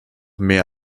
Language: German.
mehr